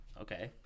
Okay